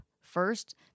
First